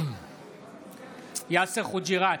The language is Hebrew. בהצבעה יאסר חוג'יראת,